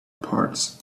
parts